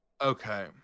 Okay